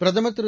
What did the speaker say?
பிரதமர் திரு